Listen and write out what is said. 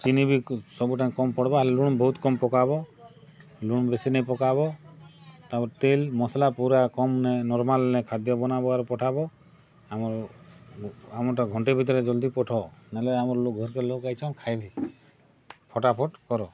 ଚିନି ବି ସବୁଠାନେ କମ୍ ପଡ଼୍ବା ଲୁଣ୍ ବହୁତ୍ କମ୍ ପକାବ ଲୁଣ୍ ବେଶୀ ନେଇଁ ପକାବ୍ ତାପରେ ତେଲ୍ ମସ୍ଲା ପୂରା କମ୍ ନେ ନର୍ମାଲ୍ ନେ ଖାଦ୍ୟ ବନାବ ଆର୍ ପଠାବ ଆମର୍ ଆମର୍ଟା ଘଣ୍ଟେ ଭିତ୍ରେ ଜଲ୍ଦି ପଠ ନହେଲେ ଆମର୍ ଲୋକ୍ ଘର୍କେ ଲୋକ୍ ଆଇଛନ୍ ଖାଇବେ ଫଟା ଫଟ୍ କର